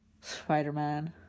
Spider-Man